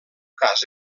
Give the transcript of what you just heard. cas